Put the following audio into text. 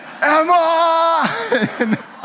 Emma